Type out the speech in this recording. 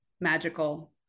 magical